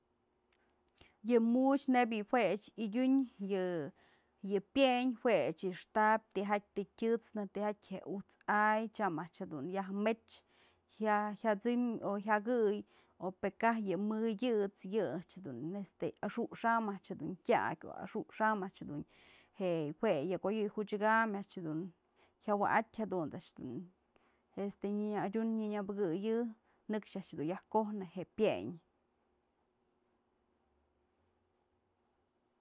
Yë mu'uxë nebyë jue a'ax yadyun yë pyëñ jue a'ax yaxtap tijatyë të tyët'snë, tijatyë je ut's ay tyam a'ax jedun yaj mech, jyasëm jyakëy o pë kaj yë mey dyët's yë a'ax dun este yaxu'ux am a'ax dun tyak, axu'ux am a'ax dun je'e jue yak oyëy odyëkam a'ax dun jyawa'atyë jadunt's a'ax dun nënya'adyun nënya'abëkëyi nëkxë a'ax dun yajkojnë pyeñ.